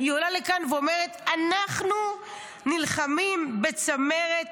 היא עולה לכאן ואומרת: "אנחנו נלחמים בצמרת צה"ל".